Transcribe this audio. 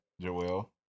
Joel